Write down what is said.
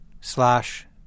slash